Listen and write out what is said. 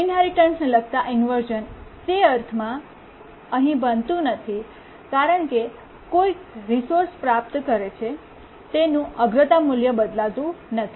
ઇન્હેરિટન્સને લગતા ઇન્વર્શ઼ન તે અર્થમાં અહીં બનતું નથી કારણ કે કાર્ય કોઈ રિસોર્સ પ્રાપ્ત કરે છે તેનું અગ્રતા મૂલ્ય બદલાતું નથી